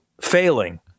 failing